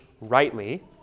rightly